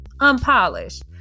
unpolished